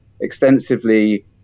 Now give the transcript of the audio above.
extensively